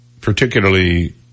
particularly